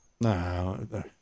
No